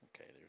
Okay